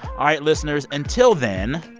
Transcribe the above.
all right, listeners, until then,